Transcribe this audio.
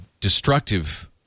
destructive